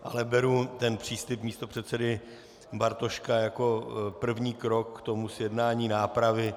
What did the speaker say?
Ale beru ten příslib místopředsedy Bartoška jako první krok k zjednání nápravy.